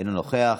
אינו נוכח,